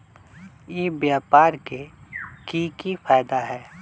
ई व्यापार के की की फायदा है?